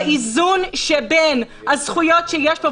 --- באיזון שבין הזכויות שיש לציבור.